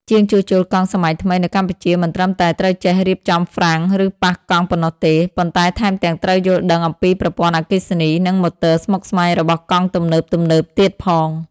ជាងជួសជុលកង់សម័យថ្មីនៅកម្ពុជាមិនត្រឹមតែត្រូវចេះរៀបចំហ្វ្រាំង ឬប៉ះកង់ប៉ុណ្ណោះទេ ប៉ុន្តែថែមទាំងត្រូវយល់ដឹងអំពីប្រព័ន្ធអគ្គិសនី និងម៉ូទ័រស្មុគស្មាញរបស់កង់ទំនើបៗទៀតផង។